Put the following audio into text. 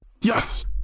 Yes